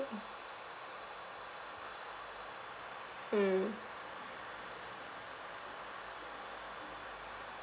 mm